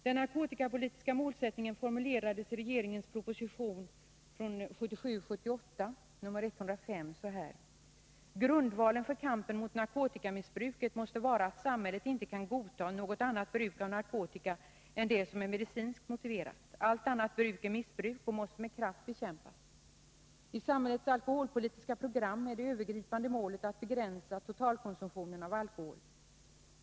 Den narkotikapolitiska målsättningen formulerades så här i regeringens proposition 1977/78:105: ”Grundvalen för kampen mot narkotikamissbruket måste vara att samhället inte kan godta något annat bruk av narkotika än det som är medicinskt motiverat. Allt annat bruk är missbruk och måste med kraft bekämpas. I samhällets alkoholpolitiska program är det övergripande målet att begränsa totalkonsumtionen av alkohol.